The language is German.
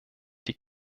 die